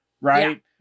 right